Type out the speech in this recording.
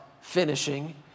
finishing